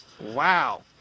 wow